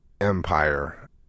empire